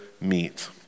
meet